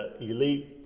elite